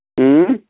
اۭں